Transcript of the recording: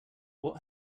what